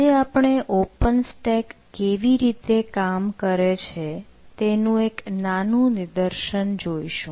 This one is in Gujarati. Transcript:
આજે આપણે ઓપન સ્ટેક કેવી રીતે કામ કરે છે તેનું એક નાનું નિદર્શન જોઈશું